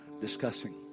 discussing